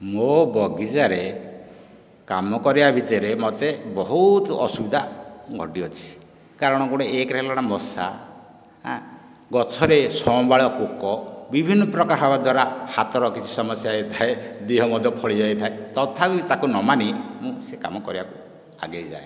ମୋ ବଗିଚାରେ କାମ କରିବା ଭିତରେ ମୋତେ ବହୁତ ଅସୁବିଧା ଘଟିଅଛି କାରଣ ଗୋଟିଏ ଏକରେ ହେଲା ମଶା ଗଛରେ ସମ୍ବାଳ ପୋକ ବିଭିନ୍ନ ପ୍ରକାର ହେବା ଦ୍ଵାରା ହାତର କିଛି ସମସ୍ୟା ଥାଏ ଦେହ ମଧ୍ୟ ଫଳି ଯାଇଥାଏ ତଥାପି ତାକୁ ନମାନି ମୁଁ ସେ କାମ କରିବାକୁ ଆଗେଇ ଯାଏ